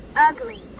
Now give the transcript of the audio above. Ugly